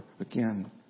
again